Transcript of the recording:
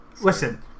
Listen